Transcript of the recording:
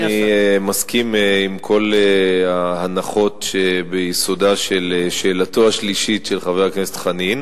אני מסכים עם כל ההנחות שביסודה של שאלתו השלישית של חבר הכנסת חנין.